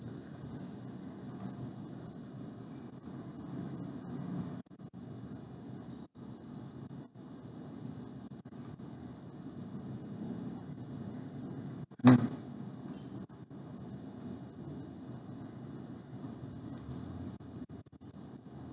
mm